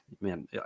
man